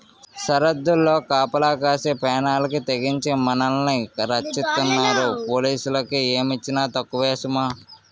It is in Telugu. సరద్దుల్లో కాపలా కాసి పేనాలకి తెగించి మనల్ని రచ్చిస్తున్న పోలీసులకి ఏమిచ్చినా తక్కువే సుమా